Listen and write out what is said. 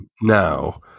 now